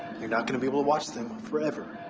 you're not going to be able to watch them forever.